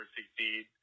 succeed